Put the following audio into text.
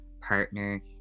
partner